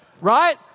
right